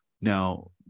now